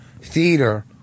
theater